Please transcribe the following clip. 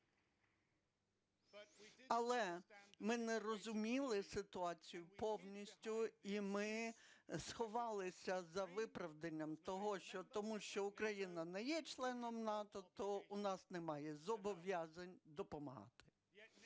Але ми не розуміли ситуацію повністю і ми сховалися за виправданням, тому що Україна не є членом НАТО, то в нас немає зобов'язань допомагати.